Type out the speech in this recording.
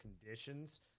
conditions